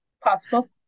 Possible